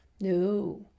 No